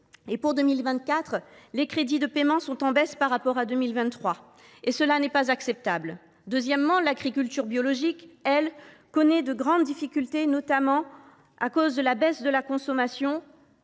Et, pour 2024, les crédits de paiement sont en baisse par rapport à cette année, ce qui n’est pas acceptable. Parallèlement, l’agriculture biologique connaît de grandes difficultés, notamment à cause de la baisse de la consommation